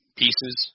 pieces